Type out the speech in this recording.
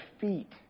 feet